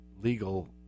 legal